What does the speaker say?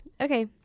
Okay